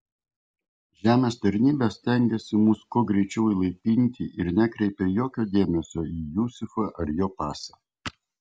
žemės tarnyba stengėsi mus kuo greičiau įlaipinti ir nekreipė jokio dėmesio į jusufą ar jo pasą